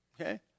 okay